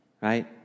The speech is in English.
right